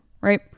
Right